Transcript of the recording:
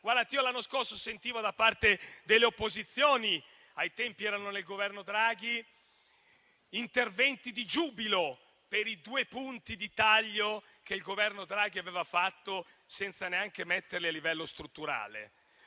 L'anno scorso io sentivo, da parte delle opposizioni - ai tempi erano nel Governo Draghi - interventi di giubilo per i due punti di taglio che il Governo Draghi aveva fatto senza neanche metterli a livello strutturale.